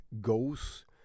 goes